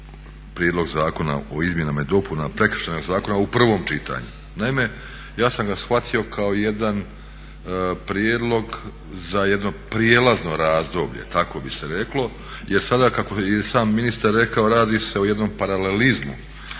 Prijedlog zakona o izmjenama i dopunama Prekršajnog zakona u prvom čitanju. Naime, ja sam ga shvatio kao jedan prijedlog za jedno prijelazno razdoblje, tako bi se reklo jer sada kako je i sam ministar rekao radi se o jednom paralelizmu